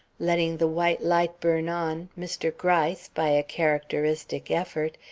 letting the white light burn on, mr. gryce, by a characteristic effort,